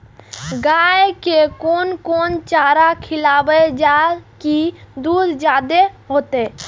गाय के कोन कोन चारा खिलाबे जा की दूध जादे होते?